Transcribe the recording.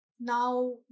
now